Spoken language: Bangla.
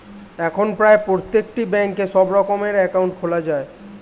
এখন প্রায় প্রত্যেকটি ব্যাঙ্কে সব রকমের অ্যাকাউন্ট খোলা যায়